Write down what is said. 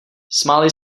smáli